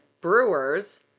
brewers